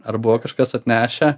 ar buvo kažkas atnešę